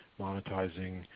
monetizing